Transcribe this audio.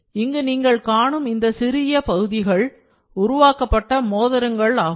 நீங்கள் இங்கு காணும் இந்த சிறிய பகுதிகள் உருவாக்கப்பட்ட மோதிரங்கள் ஆகும்